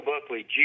Buckley